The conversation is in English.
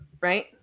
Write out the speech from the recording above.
right